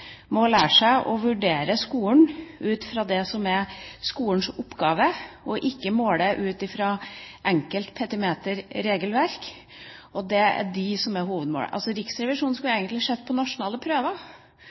må lære seg å vurdere skolen ut fra det som er skolens oppgave, og ikke måle ut fra «enkeltpetimeterregelverk». Det er det som er hovedmålet. Riksrevisjonen